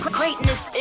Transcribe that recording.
greatness